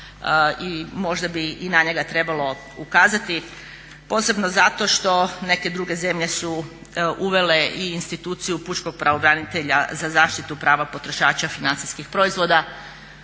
i možda bi i na njega trebalo ukazati, posebno zato što su neke druge zemlje uvele i instituciju pučkog pravobranitelja za zaštitu prava potrošača financijskih proizvoda.